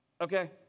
okay